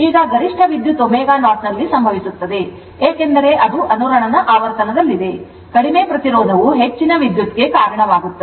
ಈಗ ಗರಿಷ್ಠ ವಿದ್ಯುತ್ ω0 ನಲ್ಲಿ ಸಂಭವಿಸುತ್ತದೆ ಏಕೆಂದರೆ ಅದು ಅನುರಣನ ಆವರ್ತನದಲ್ಲಿದೆ ಕಡಿಮೆ ಪ್ರತಿರೋಧವು ಹೆಚ್ಚಿನ ವಿದ್ಯುತ್ ಗೆ ಕಾರಣವಾಗುತ್ತದೆ